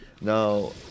Now